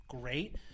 great